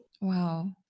Wow